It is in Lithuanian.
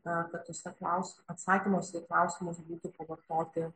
na kad tuose klaus atsakymuose į klausimus būtų pavartoti